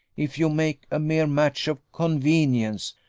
if you make a mere match of convenience.